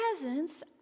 presence